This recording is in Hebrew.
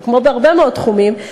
כמו בהרבה מאוד תחומים,